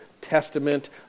Testament